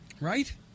Right